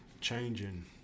changing